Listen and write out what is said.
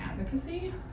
advocacy